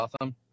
awesome